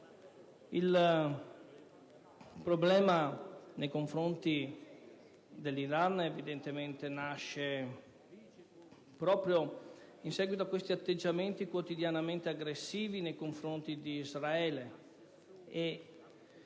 Il problema nei confronti dell'Iran nasce proprio in seguito a questi atteggiamenti quotidianamente aggressivi nei confronti di Israele.